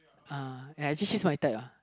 uh actually she's my type lah